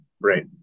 Right